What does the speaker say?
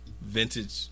vintage